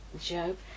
Job